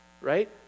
right